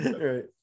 Right